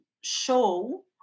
show